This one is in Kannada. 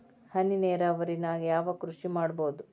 ಹನಿ ನೇರಾವರಿ ನಾಗ್ ಯಾವ್ ಕೃಷಿ ಮಾಡ್ಬೋದು?